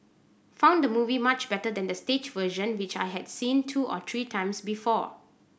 found the movie much better than the stage version which I had seen two or three times before